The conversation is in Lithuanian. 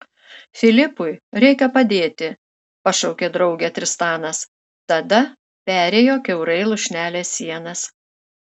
filipui reikia padėti pašaukė draugę tristanas tada perėjo kiaurai lūšnelės sienas